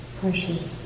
precious